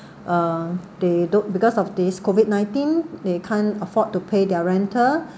uh they don't because of this COVID nineteen they can't afford to pay their rental